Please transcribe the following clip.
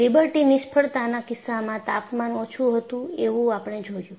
liberty નિષ્ફળતાના કિસ્સામાં તાપમાન ઓછું હતું એવું આપણે જોયું